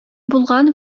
булган